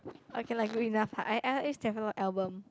okay lah good enough I used to have a lot of album